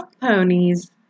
Ponies